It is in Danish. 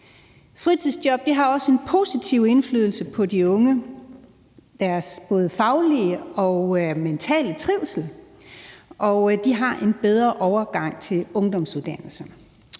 Fritidsjob har altså en positiv indflydelse på de unge, både på deres faglige og mentale trivsel, og de har en bedre overgang til ungdomsuddannelse.